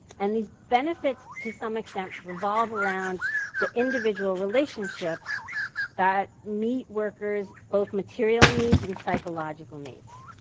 and these benefits, to some extent, revolve around the individual relationships that meet workers' both material needs and psychological needs.